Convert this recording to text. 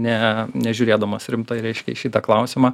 ne nežiūrėdamas rimtai reiškia į šitą klausimą